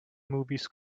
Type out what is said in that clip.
movies